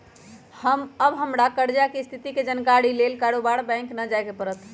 अब हमरा कर्जा के स्थिति के जानकारी लेल बारोबारे बैंक न जाय के परत्